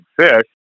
fish